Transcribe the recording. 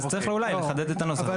אז צריך אולי לחדד את הנוסח.